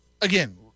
again